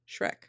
shrek